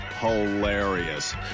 hilarious